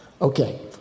Okay